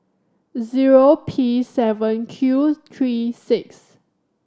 zero P seven Q three six